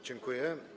Dziękuję.